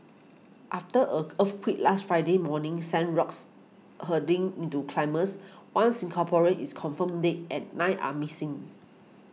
after a earthquake last Friday morning sent rocks hurtling into climbers one Singaporean is confirmed dead and nine are missing